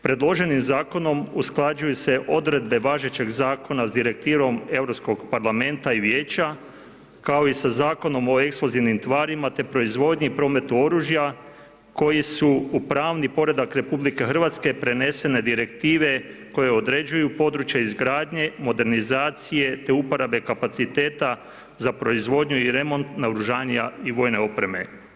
Predloženim zakonom usklađuju se odredbe važećeg zakona s direktivom Europskog parlamenta i Vijeća kao i sa Zakonom o eksplozivnim tvarima te proizvodnji i prometu oružja koji su u pravni poredak RH prenesene direktive koje određuju područje izgradnje, modernizacije te uporabe kapaciteta za proizvodnju i remont naoružanja i vojne opreme.